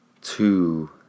two